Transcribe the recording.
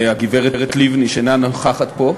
הגברת לבני, שאינה נוכחת פה.